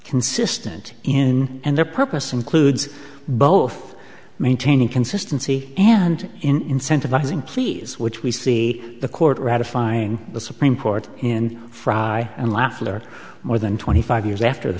consistent in and the purpose includes both maintaining consistency and incentivizing please which we see the court ratifying the supreme court in frye and laflin are more than twenty five years after the